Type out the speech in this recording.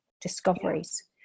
discoveries